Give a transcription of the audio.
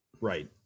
Right